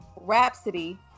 Rhapsody